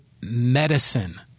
medicine